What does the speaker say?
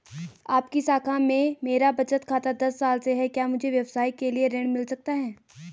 आपकी शाखा में मेरा बचत खाता दस साल से है क्या मुझे व्यवसाय के लिए ऋण मिल सकता है?